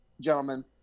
gentlemen